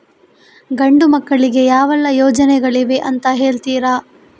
ಗಂಡು ಮಕ್ಕಳಿಗೆ ಯಾವೆಲ್ಲಾ ಯೋಜನೆಗಳಿವೆ ಅಂತ ಹೇಳ್ತೀರಾ?